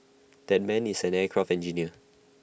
that man is an aircraft engineer